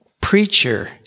preacher